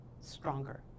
stronger